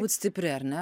būt stipri ar ne